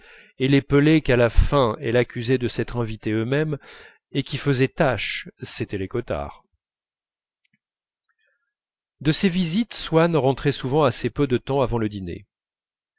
et les pelés qu'à la fin elle accusait de s'être invités eux-mêmes et qui faisaient tache c'était les cottard de ses visites swann rentrait souvent assez peu de temps avant le dîner